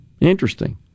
Interesting